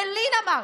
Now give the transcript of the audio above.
זה לין אמר.